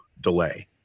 delay